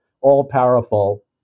all-powerful